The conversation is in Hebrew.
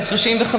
בת 35,